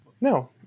No